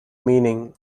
meaning